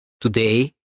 Today